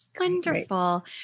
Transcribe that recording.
Wonderful